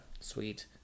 sweet